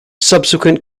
subsequent